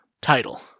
title